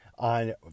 On